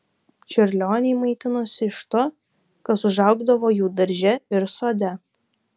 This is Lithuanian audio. čiurlioniai maitinosi iš to kas užaugdavo jų darže ir sode